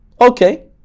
Okay